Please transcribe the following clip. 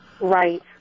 Right